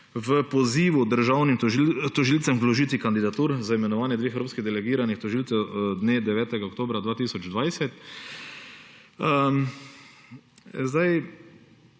v pozivu državnim tožilcem ob vložitvi kandidatur za imenovanje dveh evropskih delegiranih tožilcev dne 9. oktobra 2020.